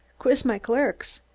quiz my clerks.